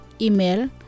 Email